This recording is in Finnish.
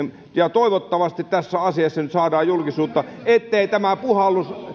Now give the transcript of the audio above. toivottavasti tässä asiassa nyt saadaan julkisuutta ettei tämä puhallus